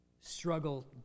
struggle